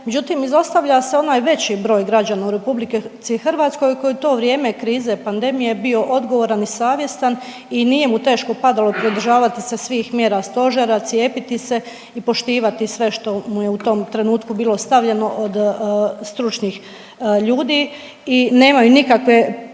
međutim izostavlja se onaj veći broj građana u RH koji je u to vrijeme krize pandemije bio odgovoran i savjestan i nije mu teško padalo pridržavati se svih mjera stožera, cijepiti se i poštivati sve što mu je u tom trenutku bilo stavljeno od stručnih ljudi i nemaju nikakve